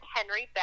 Henry